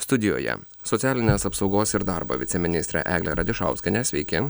studijoje socialinės apsaugos ir darbo viceministrė eglė radišauskienė sveiki